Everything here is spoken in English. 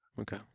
Okay